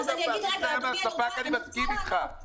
אם זה היה מהספק, אני מסכים איתך.